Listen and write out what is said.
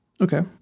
Okay